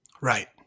right